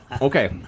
Okay